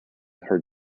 her